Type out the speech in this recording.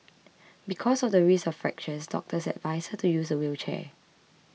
because of the risk of fractures doctors advised her to use a wheelchair